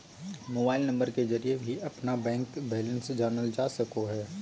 mobile number के जरिए भी अपना बैंक बैलेंस जानल जा सको हइ